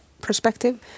perspective